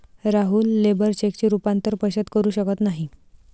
राहुल लेबर चेकचे रूपांतर पैशात करू शकत नाही